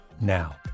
now